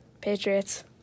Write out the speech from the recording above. Patriots